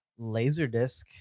Laserdisc